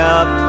up